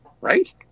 right